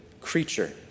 creature